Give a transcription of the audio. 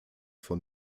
von